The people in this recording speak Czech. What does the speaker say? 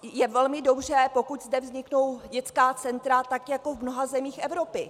Je velmi dobře, pokud zde vzniknou dětská centra tak jako v mnoha zemích Evropy.